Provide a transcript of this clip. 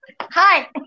hi